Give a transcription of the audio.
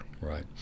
Right